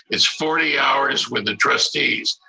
it's forty hours with the trustees.